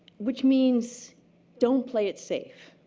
which means don't play it safe.